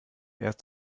erst